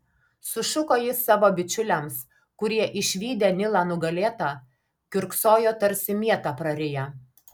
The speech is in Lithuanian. sušuko jis savo bičiuliams kurie išvydę nilą nugalėtą kiurksojo tarsi mietą prariję